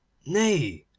nay,